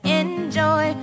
enjoy